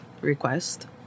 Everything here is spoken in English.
request